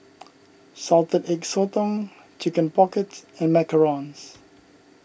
Salted Egg Sotong Chicken Pocket and Macarons